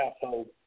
household